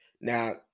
Now